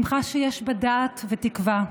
שמחה שיש בה דעת ותקווה.